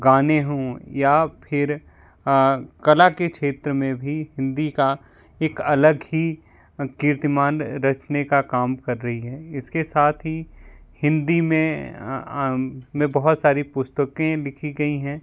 गाने हों या फिर कला के क्षेत्र में भी हिंदी का एक अलग ही कीर्तिमान रचने का काम कर रही है इसके साथ ही हिंदी में में बहुत सारी पुस्तकें लिखी गई हैं